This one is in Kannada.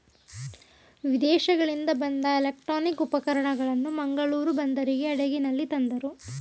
ವಿದೇಶಗಳಿಂದ ಬಂದ ಎಲೆಕ್ಟ್ರಾನಿಕ್ ಉಪಕರಣಗಳನ್ನು ಮಂಗಳೂರು ಬಂದರಿಗೆ ಹಡಗಿನಲ್ಲಿ ತಂದರು